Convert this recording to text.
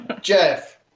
Jeff